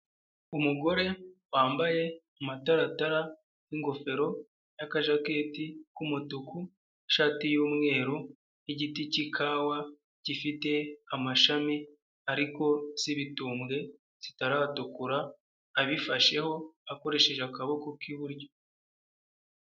Umugore wambaye amataratara n'ingofero y'akajaketi k'umutuku n'ishati y'umweru n'igiti cy'ikawa gifite amashami ariko z'ibitumbwe zitaratukura abifasheho akoresheje akaboko k'iburyo.